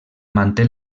manté